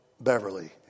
Beverly